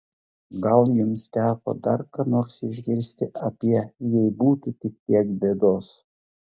gal jums teko dar ką nors išgirsti apie jei būtų tik tiek bėdos